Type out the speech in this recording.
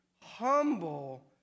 humble